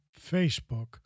Facebook